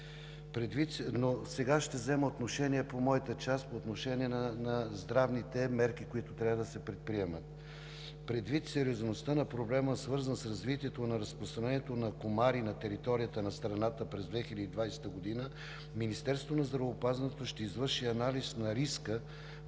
Сега ще взема отношение по моята част и по отношение на здравните мерки, които трябва да се предприемат. Предвид сериозността на проблема, свързан с развитието и разпространението на комари на територията на страната, през 2020 г. Министерството на здравеопазването ще извърши анализ на риска